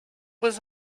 was